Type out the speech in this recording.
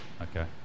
Okay